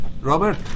Robert